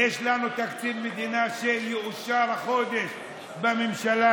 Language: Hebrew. יש לנו תקציב מדינה שיאושר החודש בממשלה,